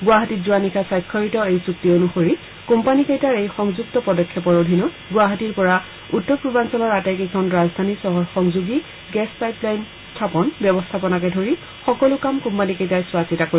গুৱাহাটীত যোৱা নিশা স্বাক্ষৰিত এই চুক্তি অনুসৰি কোম্পানীকেইটাৰ এই সংযুক্ত পদক্ষেপৰ অধীনত গুৱাহাটীৰ পৰা উত্তৰপূৰ্বাঞ্চলৰ আটাইকেখন ৰাজধানী চহৰ সংযোগী গেছ পাইপ লাইন সংস্থাপন ব্যৱস্থাপনাকে ধৰি সকলো কাম কোম্পানীকেইটাই চোৱা চিতা কৰিব